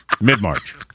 Mid-March